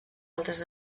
altres